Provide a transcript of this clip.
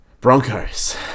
Broncos